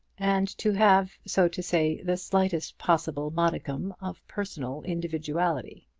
and to have, so to say, the slightest possible modicum of personal individuality.